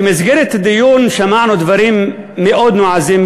במסגרת הדיון שמענו דברים מאוד נועזים,